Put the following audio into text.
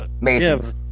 Masons